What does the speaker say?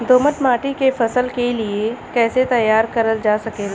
दोमट माटी के फसल के लिए कैसे तैयार करल जा सकेला?